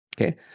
okay